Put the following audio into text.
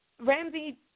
Ramsey